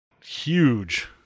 huge